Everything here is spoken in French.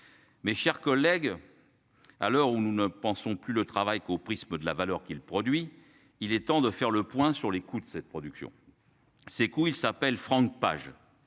Mes chers collègues. À l'heure où nous ne pensons plus le travail qu'au prisme de la valeur qu'il produit. Il est temps de faire le point sur les coups de cette production. Ces coups, il s'appelle Franck page 18